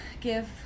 give